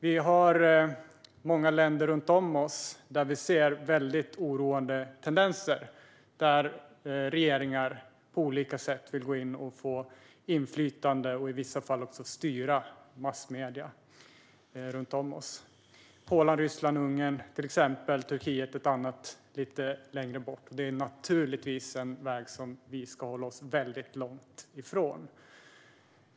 Vi ser väldigt oroande tendenser i många länder runt om oss där regeringar på olika sätt vill få inflytande över och i vissa fall också styra massmedier. Polen, Ryssland och Ungern är några exempel och Turkiet ett annat exempel lite längre bort. Detta är naturligtvis en väg som vi ska hålla oss väldigt långt ifrån.